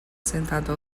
sentado